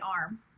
arm